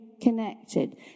connected